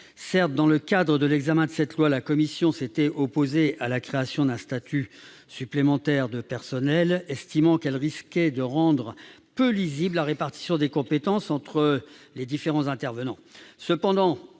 Certes, dans le cadre de l'examen de cette loi, la commission s'était opposée à la création d'un statut supplémentaire de personnels. À son sens, cette création risquait de rendre peu lisible la répartition des compétences entre les différents intervenants.